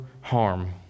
harm